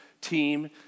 team